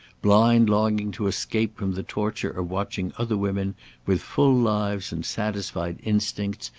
blind longing to escape from the torture of watching other women with full lives and satisfied instincts,